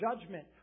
judgment